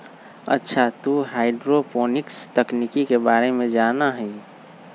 अच्छा तू हाईड्रोपोनिक्स तकनीक के बारे में जाना हीं?